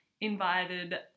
invited